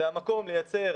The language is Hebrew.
זה המקום לייצר